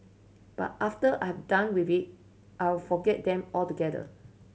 but after I'm done with it I'll forget them altogether